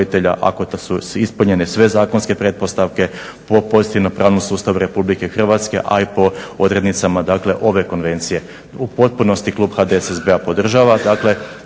ako su ispunjenje sve zakonske pretpostavke po pozitivnom pravnom sustavu RH, a i pod odrednicama ove konvencije. U potpunosti klub HDSSB-a podržava